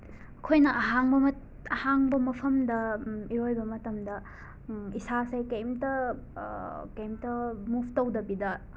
ꯑꯩꯈꯣꯏꯅ ꯑꯍꯥꯡꯕ ꯑꯍꯥꯡꯕ ꯃꯐꯝꯗ ꯏꯔꯣꯏꯕ ꯃꯇꯝꯗ ꯏꯁꯥꯁꯦ ꯀꯩꯝꯇ ꯀꯩꯝꯇ ꯀꯩꯝꯇ ꯃꯣꯐ ꯇꯧꯗꯕꯤꯗ